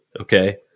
Okay